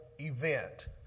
event